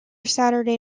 saturday